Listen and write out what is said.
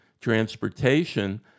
Transportation